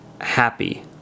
happy